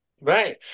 Right